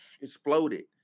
exploded